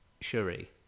Shuri